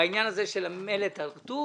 בעניין הזה של "מלט הר-טוב"